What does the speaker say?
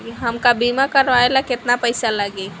हमका बीमा करावे ला केतना पईसा लागी?